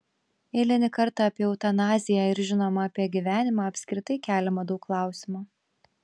eilinį kartą apie eutanaziją ir žinoma apie gyvenimą apskritai keliama daug klausimų